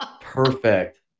Perfect